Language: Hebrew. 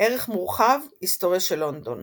ערך מורחב – היסטוריה של לונדון